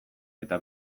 eta